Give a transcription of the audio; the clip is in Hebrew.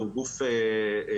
הוא גוף התנדבותי,